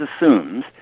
assumes